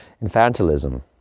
infantilism